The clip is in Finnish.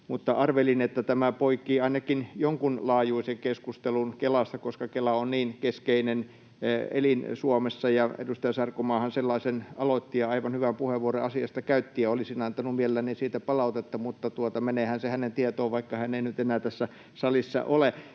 arvelin, että tämä poikii ainakin jonkunlaajuisen keskustelun Kelasta, koska Kela on niin keskeinen elin Suomessa, ja edustaja Sarkomaahan sellaisen aloitti ja aivan hyvän puheenvuoron asiasta käytti. Olisin antanut mielelläni siitä palautetta, mutta meneehän se hänen tietoonsa, vaikka hän ei nyt enää tässä salissa ole.